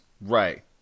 Right